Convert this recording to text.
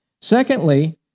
Secondly